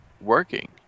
working